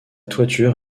toiture